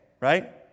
right